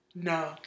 No